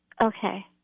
Okay